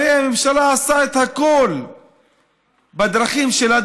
הרי הממשלה עשתה את הכול בדרכים שלה,